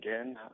again